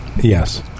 Yes